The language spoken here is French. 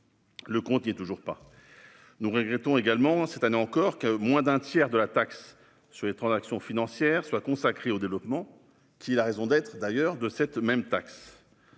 le compte n'y est toujours pas. Nous regrettons également que, cette année encore, moins d'un tiers de la taxe sur les transactions financières soit consacré au développement, qui est pourtant la raison d'être de cette taxe.